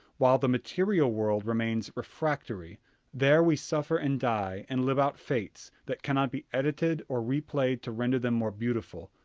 while the material world remains refractory there we suffer and die and live out fates that cannot be edited or replayed to render them more beautiful,